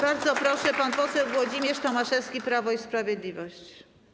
Bardzo proszę, pan poseł Włodzimierz Tomaszewski, Prawo i Sprawiedliwość.